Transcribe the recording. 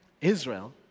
Israel